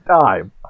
time